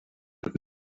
have